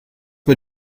mit